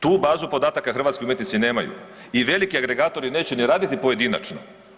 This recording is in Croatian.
Tu bazu podataka hrvatski umjetnici nemaju i veliki agregatori neće ni raditi pojedinačno.